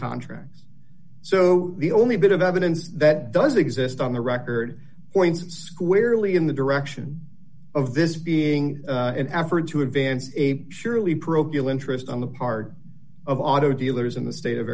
contract so the only bit of evidence that does exist on the record points squarely in the direction of this being an effort to advance a surely parochial interest on the part of auto dealers in the state of